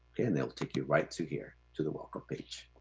and it'll take you right to here to the welcome page.